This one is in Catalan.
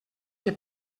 què